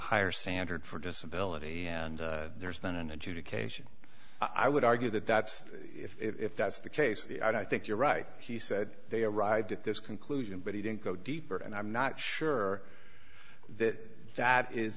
higher standard for disability and there's been an adjudication i would argue that that's if that's the case i think you're right he said they arrived at this conclusion but he didn't go deeper and i'm not sure that that is